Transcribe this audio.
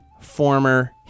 former